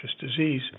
disease